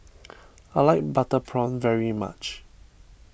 I like Butter Prawn very much